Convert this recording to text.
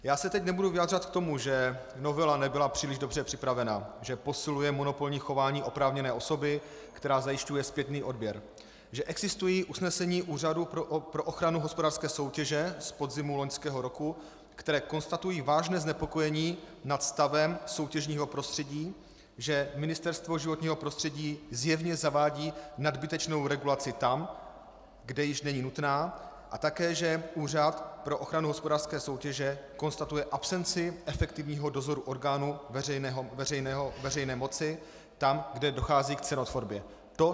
Já se teď nebudu vyjadřovat k tomu, že novela nebyla příliš dobře připravena, že posiluje monopolní chování oprávněné osoby, která zajišťuje zpětný odběr, že existují usnesení Úřadu pro ochranu hospodářské soutěže z podzimu loňského roku, která konstatují vážné znepokojení nad stavem soutěžního prostředí, že Ministerstvo životního prostředí zjevně zavádí nadbytečnou regulaci tam, kde již není nutná, a také že Úřad pro ochranu hospodářské soutěže konstatuje absenci efektivního dozoru orgánů veřejné moci tam, kde dochází k cenotvorbě.